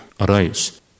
arise